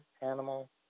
animal